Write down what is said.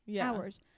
Hours